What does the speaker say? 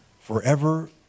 forever